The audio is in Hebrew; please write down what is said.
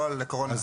לא לקורונה.